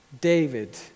David